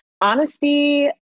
honesty